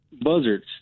Buzzards